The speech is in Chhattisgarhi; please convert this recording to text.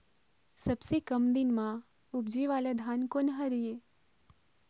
सबसे कम दिन म उपजे वाला धान कोन हर ये?